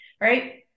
right